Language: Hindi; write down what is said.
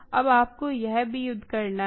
अब आपको यह भी युद्ध करना है